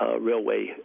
railway